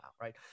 Right